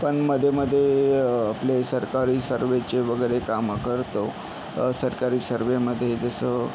पण मध्ये मध्ये आपले सरकारी सर्वेचे वगैरे कामं करतो सरकारी सर्वेमध्ये जसं